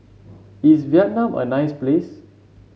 is Vietnam a nice place